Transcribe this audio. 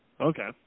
Okay